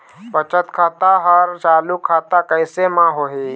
बचत खाता हर चालू खाता कैसे म होही?